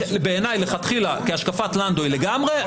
בעיניי לכתחילה כהשקפת לנדוי לגמרי,